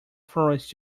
forest